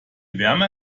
wärmer